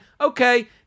Okay